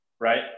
right